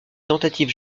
tentatives